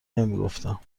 نمیگفتم